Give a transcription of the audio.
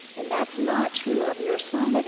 and that's not true of your sons, that's